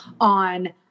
on